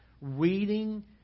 reading